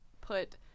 put